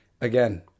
again